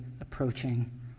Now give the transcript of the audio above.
approaching